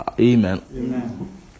Amen